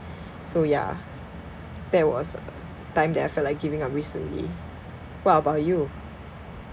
so yeah that was a time that I felt like giving up recently what about you